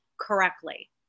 correctly